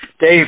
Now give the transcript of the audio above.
Dave